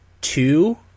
two